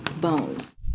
bones